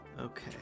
Okay